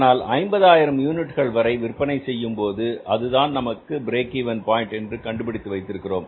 ஆனால் 50000 யூனிட்டுகள் வரை விற்பனை செய்யும்போது அதுதான் நமது பிரேக் இவென் பாயின்ட் என்று கண்டுபிடித்து வைத்திருக்கிறோம்